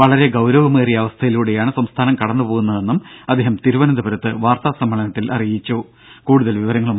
വളരെ ഗൌരവമേറിയ അവസ്ഥയിലൂടെയാണ് സംസ്ഥാനം കടന്നു പോകുന്നതെന്നും അദ്ദേഹം തിരുവനന്തപുരത്ത് വാർത്താ സമ്മേളനത്തിൽ പറഞ്ഞു